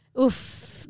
Oof